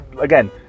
Again